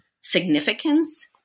significance